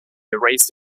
erased